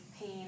pain